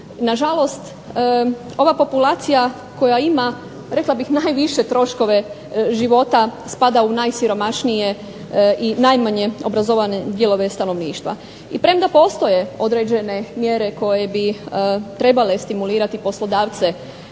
Nažalost, ova populacija koja ima rekla bih najviše troškove života spada u najsiromašnije i najmanje obrazovane dijelove stanovništva. I premda postoje određene mjere koje bi trebale stimulirati poslodavce